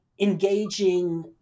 engaging